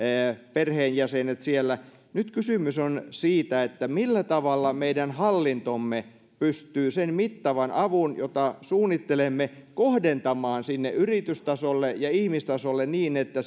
perheenjäsenet siellä nyt kysymys on siitä millä tavalla meidän hallintomme pystyy sen mittavan avun jota suunnittelemme kohdentamaan sinne yritystasolle ja ihmistasolle niin että